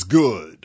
good